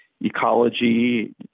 ecology